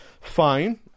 fine